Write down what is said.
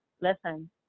Listen